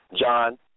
John